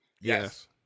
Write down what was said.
Yes